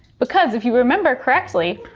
because if you remember correctly,